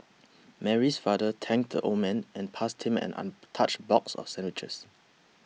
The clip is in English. Mary's father thanked the old man and passed him an untouched box of sandwiches